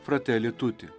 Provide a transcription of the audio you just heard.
frateli tuti